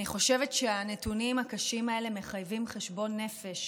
אני חושבת שהנתונים הקשים האלה מחייבים חשבון נפש